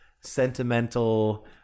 sentimental